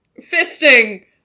fisting